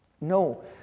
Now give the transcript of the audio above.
No